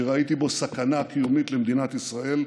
שראיתי בו סכנה קיומית למדינת ישראל,